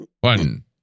one